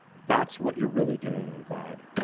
that's what you're really doing on vibe.